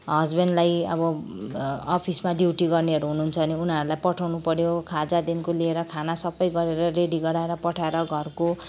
हस्बेन्डलाई अब अफिसमा ड्युटी गर्नेहरू हुनुहुन्छ भने उनीहरूलाई पठाउनुपऱ्यो खाजादेखिको लिएर खाना सबै गरेर रेडी गराएर पठाएर घरको